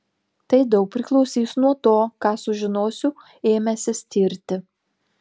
tai daug priklausys nuo to ką sužinosiu ėmęsis tirti